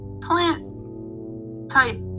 plant-type